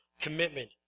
commitment